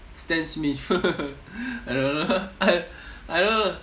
stan smith I don't know I I don't know